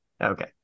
Okay